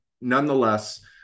nonetheless